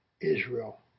Israel